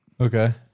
Okay